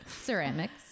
ceramics